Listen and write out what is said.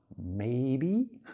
maybe?